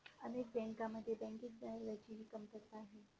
अनेक बँकांमध्ये बँकिंग दलालाची ही कमतरता आहे